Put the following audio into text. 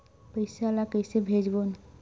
पईसा ला कइसे भेजबोन?